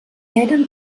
eren